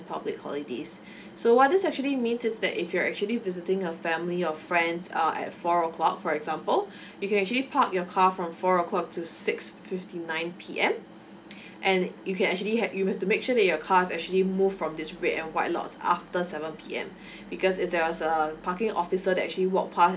public holidays so what this actually means is that if you're actually visiting a family or friends uh at four o'clock for example you can actually park your car from four o'clock to six fifty nine P_M and you can actually have you have to make sure that your car is actually moved from this red and white lots after seven P_M because if there was a parking officer that is actually walk pass